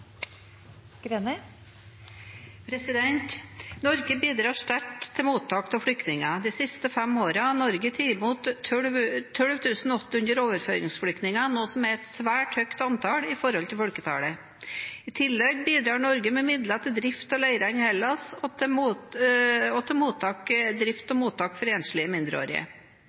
Norge bidrar sterkt til mottak av flyktninger. De siste fem årene har Norge tatt imot 12 800 overføringsflyktninger, noe som er et svært høyt antall i forhold til folketallet. I tillegg bidrar Norge med midler til drift av leirene i Hellas og til drift og mottak for enslige mindreårige.